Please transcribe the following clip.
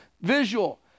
visual